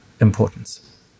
importance